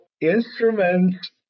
instruments